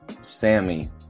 Sammy